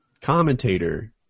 commentator